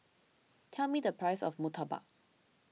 tell me the price of Murtabak